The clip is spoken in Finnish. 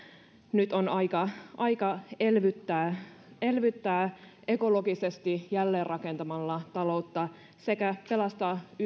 nyt on aika aika elvyttää elvyttää ekologisesti jälleenrakentamalla taloutta sekä pelastaa